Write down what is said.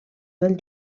del